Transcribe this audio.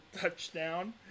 touchdown